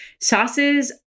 sauces